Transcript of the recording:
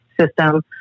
system